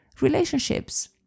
relationships